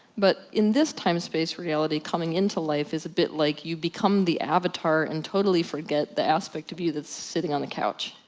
but, in this time space reality, coming into life, is a bit like you become the avatar and totally forget the aspect of you that's sitting on the couch.